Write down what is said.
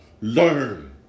learn